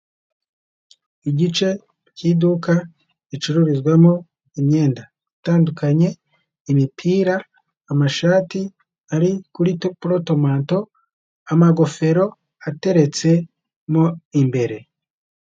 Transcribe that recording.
Igice cy'iduka ricururizwamo imyenda itandukanye: imipira, amashati ari kuri porotomanto, amagofero ateretsemo imbere.